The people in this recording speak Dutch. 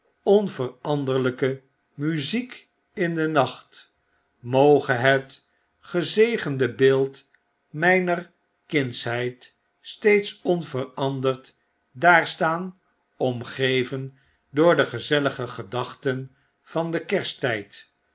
onveranderlijke muziek in den nacht moge het gezegende beeld myner kindsheid steeds onveranderd daar staan omgeven door de gezellige gedachten van den kersttyd